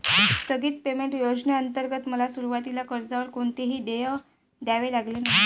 स्थगित पेमेंट योजनेंतर्गत मला सुरुवातीला कर्जावर कोणतेही देय द्यावे लागले नाही